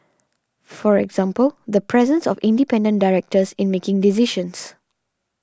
for example the presence of independent directors in making decisions